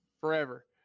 forever